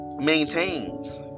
Maintains